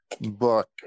book